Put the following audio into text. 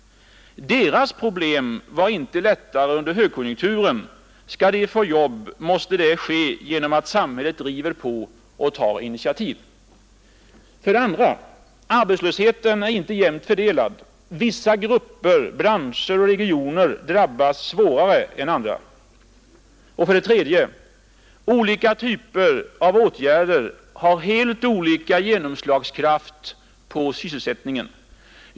Deras problem var inte lättare under högkonjunkturen. Skall de få jobb måste det ske genom att samhället driver på och tar initiativ. För det andra: Arbetslösheten är inte jämnt fördelad. Vissa grupper, branscher och regioner drabbas hårdare än andra. För det tredje: Olika typer av åtgärder har helt olika genomslagskraft på sysselsättningen.